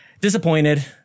disappointed